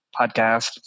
Podcast